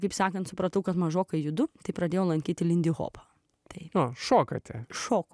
kaip sakant supratau kad mažokai judu tai pradėjau lankyti lindihopą taip pat šokate šokti